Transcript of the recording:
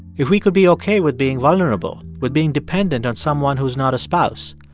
if we could be ok with being vulnerable, with being dependent on someone who's not a spouse,